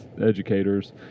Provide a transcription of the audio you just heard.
educators